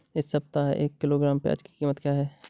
इस सप्ताह एक किलोग्राम प्याज की कीमत क्या है?